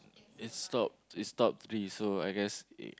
it's top it's top three so I guess it